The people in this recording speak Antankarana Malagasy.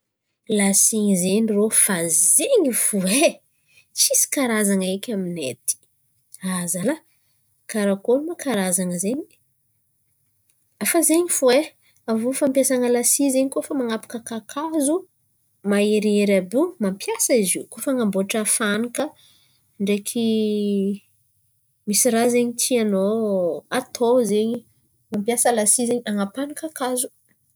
Lasi zen̈y rô fa zen̈y fo ai tsisy karazan̈a eky amin̈ay aty. Azalahy, karakôry ma karazan̈a zen̈y? Afa zen̈y fo ai, avô fampiasana lasi zen̈y kôa fa hanapaka kakazo maherihery àby io mampiasa izy io, kôa fa hanamboatra fanaka ndraiky misy raha zen̈y tian̈ao atao zen̈y mampiasa lasi zen̈y hanapahan̈a kakazo.